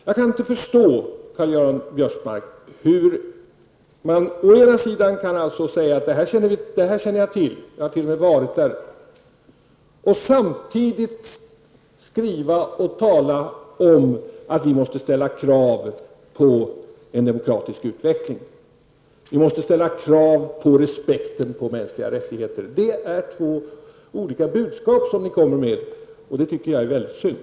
Jag kan inte förstå att Karl-Göran Biörsmark kan säga att han känner till förhållandena och att han t.o.m. har varit i landet. Samtidigt skrivs det ju och sägs att vi måste ställa krav på en demokratisk utveckling. Vi måste ställa krav beträffande respekten för de mänskliga rättigheterna. Här kommer ni med två olika budskap, och det tycker jag verkligen är synd.